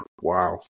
Wow